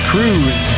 Cruise